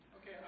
Okay